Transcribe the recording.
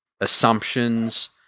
assumptions